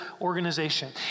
organization